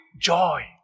joy